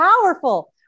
powerful